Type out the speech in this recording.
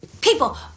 people